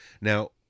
Now